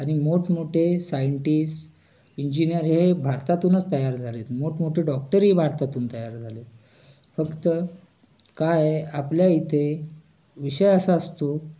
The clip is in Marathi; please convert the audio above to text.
आणि मोठमोठे सायंटिस इंजिनियर हे भारतातूनच तयार झालेत मोठमोठे डॉक्टरही भारतातून तयार झालेत फक्त काय आहे आपल्या इथे विषय असा असतो